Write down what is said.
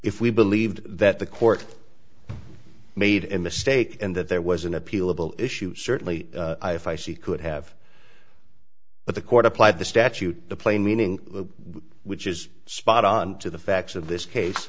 if we believed that the court made a mistake and that there was an appealable issue certainly if i see could have but the court applied the statute the plain meaning which is spot on to the facts of this case